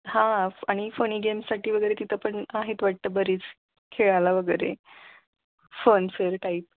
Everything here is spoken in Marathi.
हा आणि फनी गेम्ससाठी वगैरे तिथं पण आहेत वाटतं बरीच खेळायला वगैरे फनफेअर टाईप